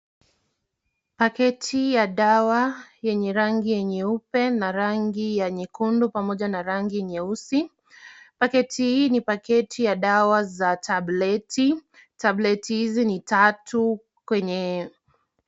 Pakiti ya dawa yenye rangi yanyeupe na rangi ya nyekundu, pamoja na rangi nyeusi. Paketi hii ni paketi za dawa za tableti . Tableti hizi ni tatu kwenye